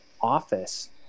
office